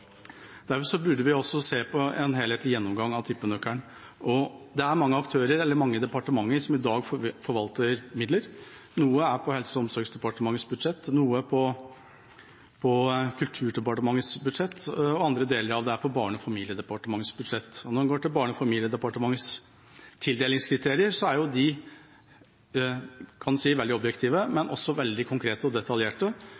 Derfor burde vi også ha en helhetlig gjennomgang av tippenøkkelen. Det er mange aktører, mange departementer, som i dag forvalter midler. Noe er på Helse- og omsorgsdepartementets budsjett, noe er på Kulturdepartementets budsjett, og andre deler av det er på Barne- og likestillingsdepartementets budsjett. Når vi ser på Barne- og likestillingsdepartementets tildelingskriterier, er de veldig objektive, men også veldig